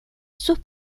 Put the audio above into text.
sus